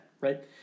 Right